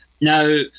Now